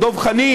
או דב חנין,